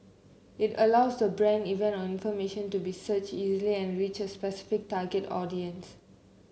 it allows the brand event or information to be searched easily and reach a specific target audience